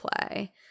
play